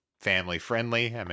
family-friendly